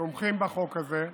תומכים בחוק הזה,